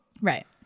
Right